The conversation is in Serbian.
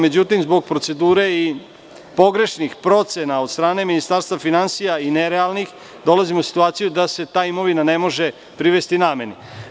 Međutim, zbog procedure i pogrešnih, nerealnih procena od strane Ministarstva finansija, dolazimo u situaciju da se ta imovina ne može privesti nameni.